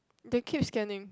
they keep scanning